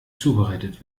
zubereitet